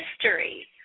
history